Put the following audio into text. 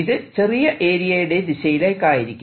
ഇത് ചെറിയ ഏരിയയുടെ ദിശയിലേക്കായിരിക്കും